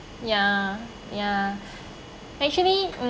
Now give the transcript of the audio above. ya ya actually mm